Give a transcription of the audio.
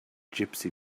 gypsy